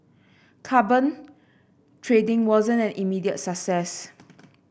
carbon trading wasn't an immediate success